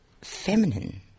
feminine